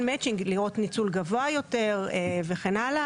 מצ'ינג לראות ניצול גבוה יותר וכן הלאה,